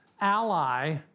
ally